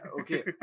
okay